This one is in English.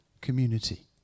community